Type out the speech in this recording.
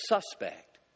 suspect